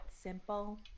simple